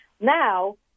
Now